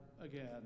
again